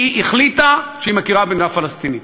היא החליטה שהיא מכירה במדינה פלסטינית,